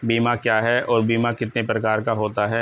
बीमा क्या है और बीमा कितने प्रकार का होता है?